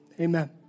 Amen